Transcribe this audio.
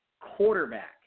quarterback